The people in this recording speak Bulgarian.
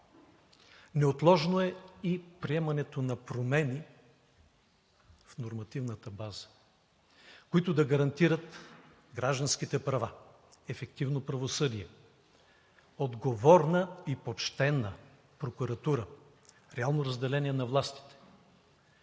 Неотложно е и приемането на промени в нормативната база, които да гарантират гражданските права, ефективно правосъдие, отговорна и почтена прокуратура, реално разделение на властите,